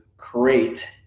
create